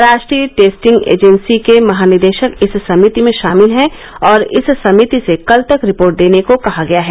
राष्ट्रीय testing agency के महानिदेशक इस समिति में शामिल हैं और इस समिति से कल तक रिपोर्ट देने को कहा गया है